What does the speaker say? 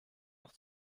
noch